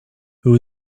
who